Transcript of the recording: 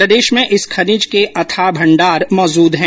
प्रदेश में इस खनिज के अथाह भण्डार मौजूद है